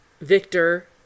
Victor